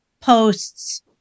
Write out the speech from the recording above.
posts